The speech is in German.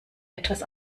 etwas